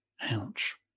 Ouch